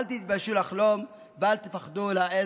אל תתביישו לחלום ואל תפחדו להעז.